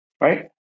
Right